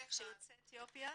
שהן יוצאות אתיופיה,